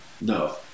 No